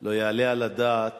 לא יעלה על הדעת